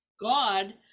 God